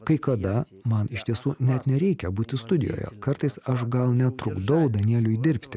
kai kada man iš tiesų net nereikia būti studijoje kartais aš gal netrukdau danieliui dirbti